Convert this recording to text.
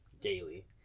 daily